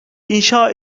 inşa